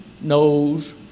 knows